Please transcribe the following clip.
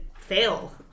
fail